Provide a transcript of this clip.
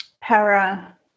Para